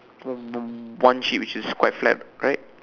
one one sheet which is quite flat right